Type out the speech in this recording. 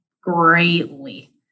greatly